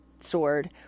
sword